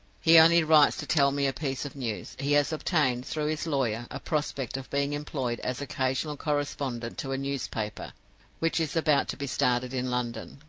he only writes to tell me a piece of news. he has obtained, through his lawyers, a prospect of being employed as occasional correspondent to a newspaper which is about to be started in london.